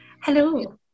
Hello